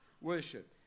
worship